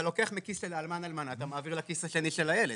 אתה לוקח מכיס של אלמן/אלמנה ואתה מעביר לכיס השני של הילד.